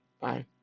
Bye